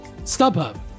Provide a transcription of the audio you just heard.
StubHub